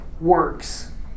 works